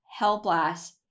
Hellblast